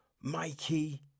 mikey